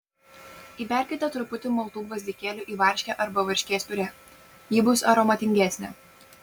įberkite truputį maltų gvazdikėlių į varškę arba varškės piurė ji bus aromatingesnė